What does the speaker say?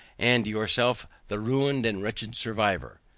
and yourself the ruined and wretched survivor?